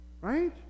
Right